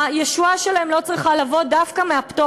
הישועה שלהם לא צריכה לבוא דווקא מהפטור